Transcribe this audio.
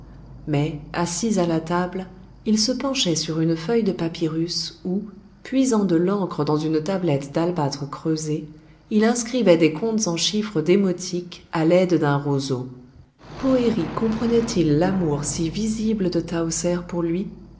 mais assis à la table il se penchait sur une feuille de papyrus où puisant de l'encre dans une tablette d'albâtre creusée il inscrivait des comptes en chiffres démotiques à l'aide d'un roseau poëri comprenait-il l'amour si visible de tahoser pour lui